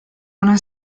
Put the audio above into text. una